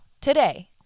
today